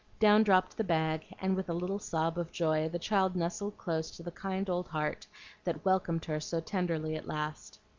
down dropped the bag, and with a little sob of joy the child nestled close to the kind old heart that welcomed her so tenderly at last.